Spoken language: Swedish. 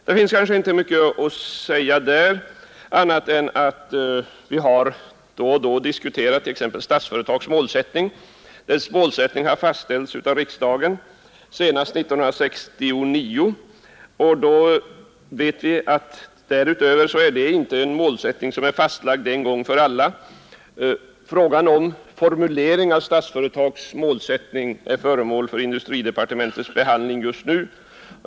Det finns inte mycket mer att säga om den än att t.ex. Statsföretags målsättning, som vi då och då diskuterar, fastställdes av riksdagen senast 1969, och det är inte en målsättning som är fastlagd en gång för alla. Frågan om formuleringen av Statsföretags målsättning är föremål för industridepartementets behandling just nu.